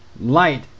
light